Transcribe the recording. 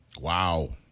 Wow